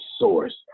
source